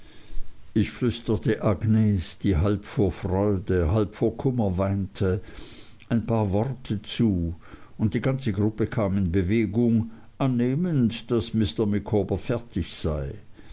ich flüsterte agnes die halb vor freude halb vor kummer weinte ein paar worte zu und die ganze gruppe kam in bewegung annehmend daß mr micawber fertig sei